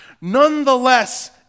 nonetheless